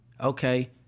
okay